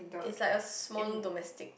is like a small domestic